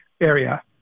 area